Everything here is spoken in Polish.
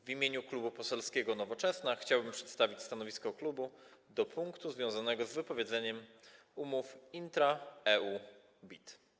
W imieniu Klubu Poselskiego Nowoczesna chciałbym przedstawić stanowisko klubu w ramach punktu związanego z wypowiedzeniem umów intra-EU BIT.